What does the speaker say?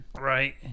Right